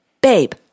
babe